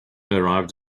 arrived